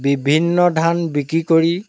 বিভিন্ন ধান বিক্ৰী কৰি